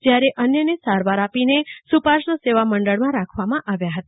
જયાં અન્યને સારવાર આપીને સુપાર્શ્વ સેવા મંડળમાં રાખવામાં આવ્યાં હતા